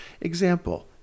example